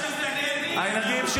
בצד השני כולם